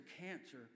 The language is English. cancer